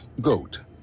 Goat